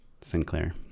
Sinclair